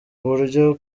uburyo